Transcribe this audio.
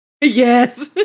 Yes